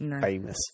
famous